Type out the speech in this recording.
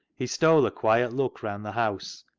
he stole a quiet look round the house,